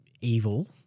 evil